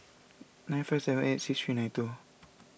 nine five seven eight six three nine two